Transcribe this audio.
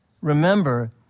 remember